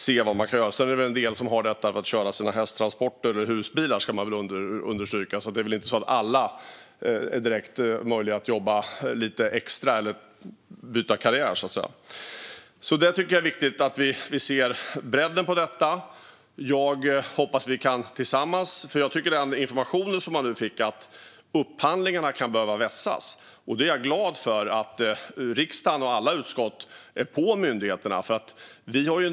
Sedan ska det väl understrykas att det är en del som har detta körkort för att kunna köra hästtransporter eller husbilar, och det är väl inte möjligt för alla att jobba lite extra eller byta karriär. Jag tycker att det är viktigt att vi ser bredden på detta. Vi har nu fått information om att upphandlingarna kan behöva vässas, och jag är glad för att riksdagen och alla utskott är på myndigheterna om detta.